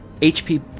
HP